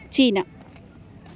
China